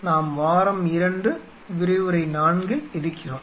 நாம் வாரம் 2 விரிவுரை 4 இல் இருக்கிறோம்